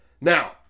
Now